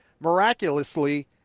miraculously